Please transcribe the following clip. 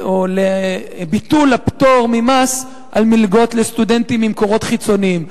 לביטול הפטור ממס על מלגות לסטודנטים ממקורות חיצוניים.